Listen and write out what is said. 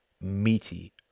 meaty